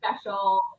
special